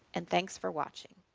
and thanks for watching!